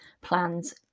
plans